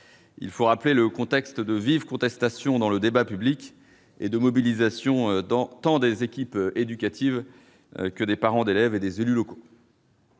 collègues, dans un contexte de vives contestations dans le débat public et de mobilisation tant des équipes éducatives que des parents d'élèves et des élus locaux.